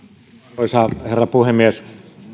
arvoisa herra puhemies